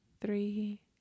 Three